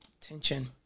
Tension